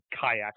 kayaks